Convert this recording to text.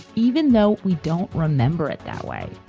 even though we don't remember it that way